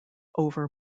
over